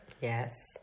Yes